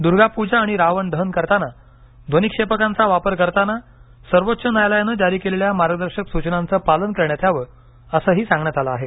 द्र्गापूजा आणि रावण दहन करताना ध्वनिक्षेपकांचा वापर करताना सर्वोच्च न्यायालयानं जारी केलेल्या मार्गदर्शक सुचनांचं पालन करण्यात यावं असंही सांगण्यात आलं आहे